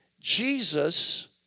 Jesus